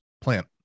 Plant